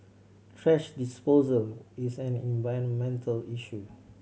thrash disposal is an environmental issue